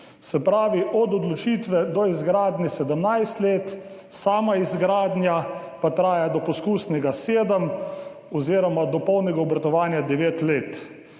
Se pravi, od odločitve do izgradnje 17 let, sama izgradnja pa traja do poskusnega sedem oziroma do polnega obratovanja devet